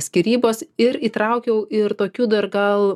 skyrybos ir įtraukiau ir tokių dar gal